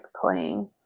playing